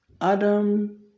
Adam